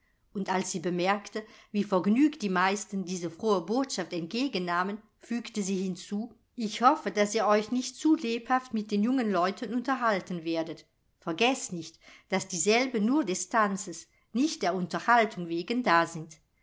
und als sie bemerkte wie vergnügt die meisten diese frohe botschaft entgegennahmen fügte sie hinzu ich hoffe daß ihr euch nicht zu lebhaft mit den jungen leuten unterhalten werdet vergeßt nicht daß dieselben nur des tanzes nicht der unterhaltung wegen da sind